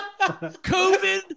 COVID